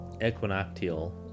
Equinoctial